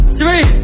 three